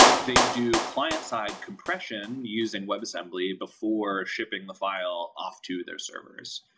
they do client-side compression using webassembly before shipping the file off to their servers.